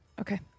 Okay